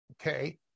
Okay